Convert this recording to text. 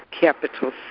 capital